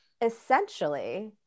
essentially